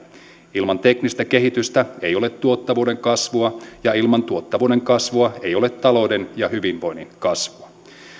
ilman teknistä kehitystä ei ole tuottavuuden kasvua ja ilman tuottavuuden kasvua ei ole talouden ja hyvinvoinnin kasvua